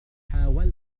حاولت